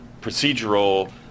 procedural